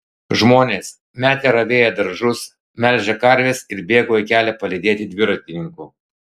žmonės metė ravėję daržus melžę karves ir bėgo į kelią palydėti dviratininkų